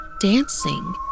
dancing